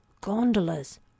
gondolas